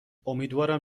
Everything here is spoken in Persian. امیدوارم